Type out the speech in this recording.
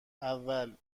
اول